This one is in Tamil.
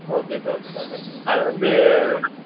okay sir okay sir thank you sir அது வந்து